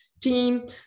team